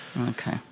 Okay